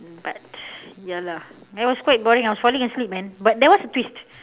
but ya lah that was quite boring I was falling asleep man but there was a twist